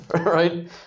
right